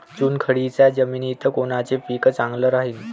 चुनखडीच्या जमिनीत कोनचं पीक चांगलं राहीन?